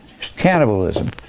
Cannibalism